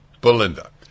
Belinda